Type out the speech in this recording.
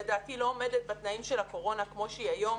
לדעתי לא עומדת בתנאים של הקורונה כמו שהיא היום.